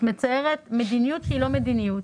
את מתארת מדיניות שהיא לא מדיניות.